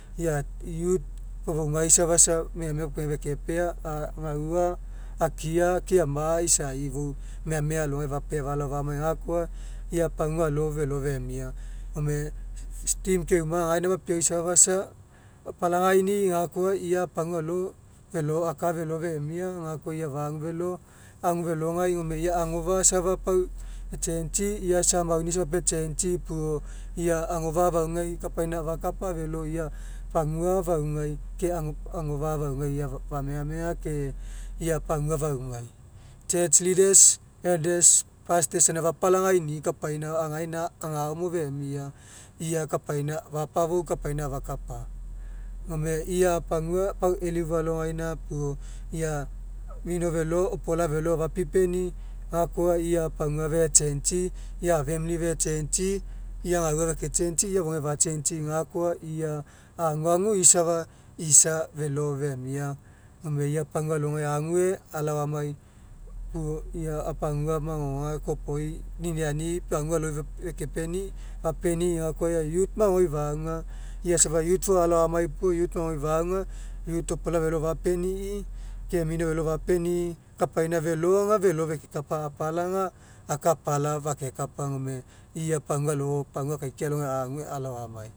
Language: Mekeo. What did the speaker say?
Malele felo akeafia aisama aga lalogo aga inaira amui paguai afakemia. Puo pau gaina opokga koa iopoga alogai aga lau opolau aga pamalele ao fapeni'i aga mo ikupu agao agao aloisai aga aua aua ei minifa'a kopgagae fapagua fanuli aloisai aga isa kania agao gae fafilaisa gakoa fou fekeniniani kina agao fekekinaga gaina kina aga aufalao ega ago fekeaga famili fofouga fekelao isa ega ago fekea ga elao eualau efua ke ifiagao ke kina gaina agao kekinaga ke agao apuga feke kapa gafekeoma. Ke gaina kapai paguao keagu agemo aui gaina isai kelao malele akepafua kelao inipo oiso pani mo kemalele kepealai gaina aga maifa gaina imoi aga faisai falao malele isai tuet malelei kopoi egae fapakokoi training fekepeni'i egakoa